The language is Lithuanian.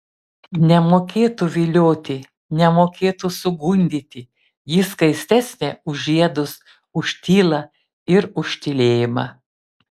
nemokėtų vilioti nemokėtų sugundyti ji skaistesnė už žiedus už tylą ir už tylėjimą